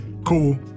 Cool